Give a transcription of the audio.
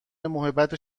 محبت